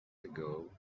ago